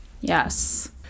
Yes